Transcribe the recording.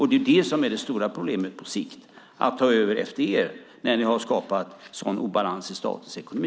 Det är det stora problemet på sikt, alltså att ta över efter er när ni har skapat en sådan obalans i statens ekonomi.